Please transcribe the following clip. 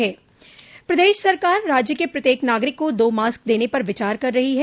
mask जरूरी प्रदेश सरकार राज्य के प्रत्येक नागरिक को दो मास्क देने पर विचार कर रही है